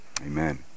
amen